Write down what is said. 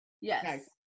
yes